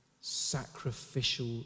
sacrificial